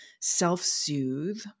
self-soothe